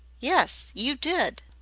yes, you did.